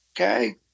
okay